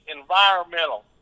environmental